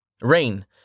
Rain